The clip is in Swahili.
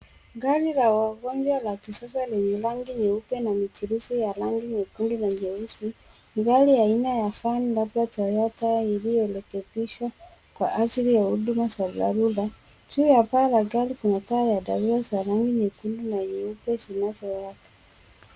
Gari la wagonjwa la kisasa lenye rangi ya nyeupe na michirizi ya rangi nyekundu na nyeusi. Ni gari aina ya van labda Toyota iliyorekebishwa kwa ajili ya huduma za dharura. Juu ya paa la gari kuna taa dharura za rangi ya nyekundu na nyeupe zinazowaka.